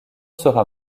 sera